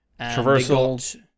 Traversal